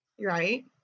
Right